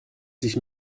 sich